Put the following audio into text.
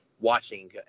watching